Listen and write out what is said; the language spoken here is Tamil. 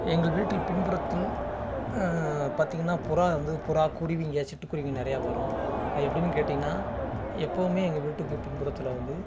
எங்கள் வீட்டில் பின் புறத்தில் பார்த்தீங்கன்னா புறா வந்து புறா குருவிங்க சீட்டு குருவிங்க நிறையா வரும் அது எப்படினு கேட்டீங்கன்னா எப்போவுமே எங்கள் வீட்டுக்கு பின்புறத்தில் வந்து